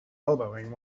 elbowing